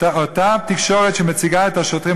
אותה התקשורת שמציגה את השוטרים,